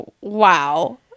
wow